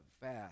fast